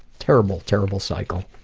terrible, terrible cycle.